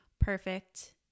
perfect